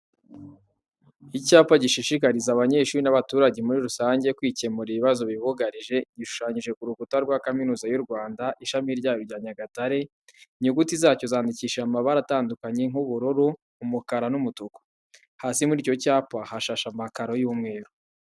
Icyapa gishishikariza abanyeshuri n'abaturage muri rusange kwikemurira ibibazo bibugarije gishushanyije ku rukuta rwa Kaminuza y'u Rwanda, Ishami ryayo rya Nyagatare, inyuguti zacyo zandikishije amabara atandukanye nk'ubururu, umukara n'umutuku. Hasi muri icyo cyumba hashashe amakaro y'umweru.